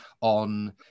on